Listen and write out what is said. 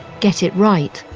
get it right,